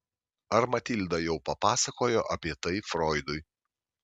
ar matilda jau papasakojo apie tai froidui